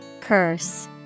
curse